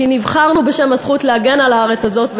כי נבחרנו בשם הזכות להגן על הארץ הזאת,